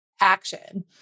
action